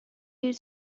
you